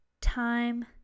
Time